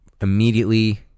immediately